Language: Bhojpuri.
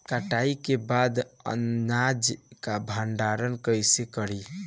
कटाई के बाद अनाज का भंडारण कईसे करीं?